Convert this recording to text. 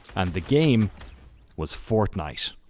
and the game was fortnite.